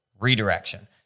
redirection